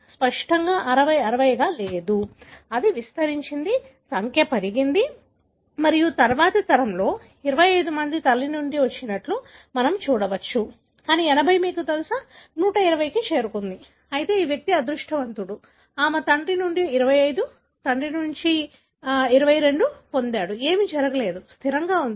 స్పష్టంగా 60 60 గా ఉండలేదు అది విస్తరించింది సంఖ్య పెరిగింది మరియు తరువాతి తరంలో 25 మంది తల్లి నుండి వచ్చినట్లు మనం చూడవచ్చు కానీ 80 మీకు తెలుసా 120 కి చేరుకుంది అయితే ఈ వ్యక్తి అదృష్టవంతుడు ఆమె తల్లి నుండి 25 తండ్రి నుండి 22 పొందారు ఏమీ జరగలేదు స్థిరంగా ఉంది